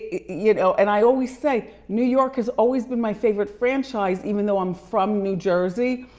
you know, and i always say, new york has always been my favorite franchise, even though i'm from new jersey.